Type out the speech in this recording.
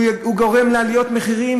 הוא גורם לעליות מחירים,